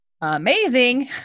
amazing